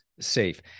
safe